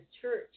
church